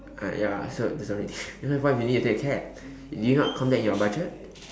uh ya so sorry so what if you need to take a cab you did not count that in your budget